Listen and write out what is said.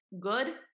Good